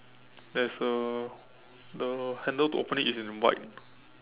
there's a the handle to open it is in white